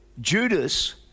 Judas